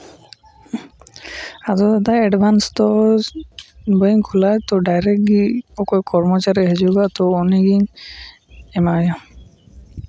ᱟᱫᱚ ᱫᱟᱫᱟ ᱮᱰᱵᱷᱟᱱᱥ ᱫᱚ ᱵᱟᱹᱧ ᱠᱩᱞᱟ ᱛᱚ ᱰᱟᱭᱨᱮᱠᱴ ᱜᱮ ᱚᱠᱚᱭ ᱠᱚᱨᱢᱚᱪᱟᱹᱨᱤ ᱦᱤᱡᱩᱜ ᱟᱭ ᱛᱚ ᱩᱱᱤᱜᱮᱧ ᱮᱢᱟᱣ ᱟᱭᱟ